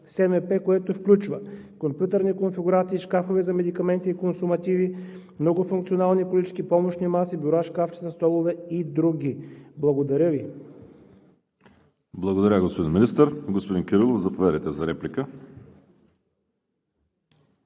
помощ, което включва компютърни конфигурации, шкафове за медикаменти и консумативи, многофункционални колички, помощни маси, бюра, шкафчета, столове и други. Благодаря Ви. ПРЕДСЕДАТЕЛ ВАЛЕРИ СИМЕОНОВ: Благодаря, господин Министър. Господин Кирилов, заповядайте за реплика.